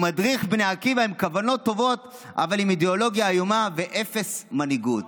עם כוונות טובות אבל עם אידיאולוגיה איומה ואפס מנהיגות".